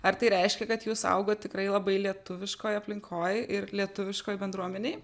ar tai reiškia kad jūs augot tikrai labai lietuviškoj aplinkoj ir lietuviškoj bendruomenėj